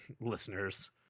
listeners